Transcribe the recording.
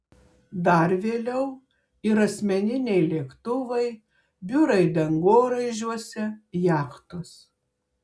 dar vėliau ir asmeniniai lėktuvai biurai dangoraižiuose jachtos